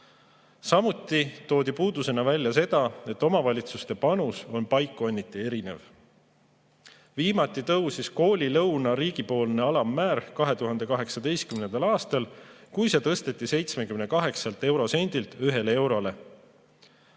Samuti toodi puudusena välja see, et omavalitsuste panus on paikkonniti erinev. Viimati tõusis koolilõuna riigipoolne alammäär 2018. aastal, kui see tõsteti 78 sendilt 1 eurole.